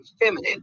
feminine